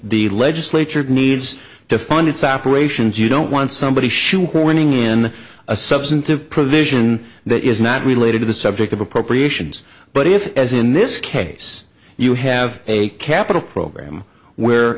the legislature needs to fund its operations you don't want somebody should corning in a substantive provision that is not related to the subject of appropriations but if as in this case you have a capital program where